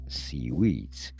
seaweeds